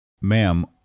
Ma'am